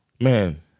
Man